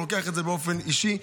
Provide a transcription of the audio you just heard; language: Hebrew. הוא לוקח את זה באופן אישי.